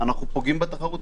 אנחנו פוגעים בתחרות.